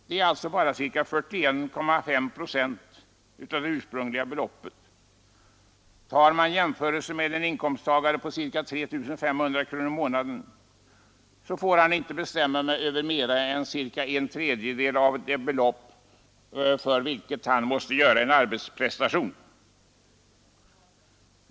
Det är alltså bara ca 41,5 procent av det ursprungliga beloppet. En inkomsttagare med ca 3 500 kr. i månaden får inte bestämma över mera än ca en tredjedel av det belopp för vilket han måste göra en arbetsprestation.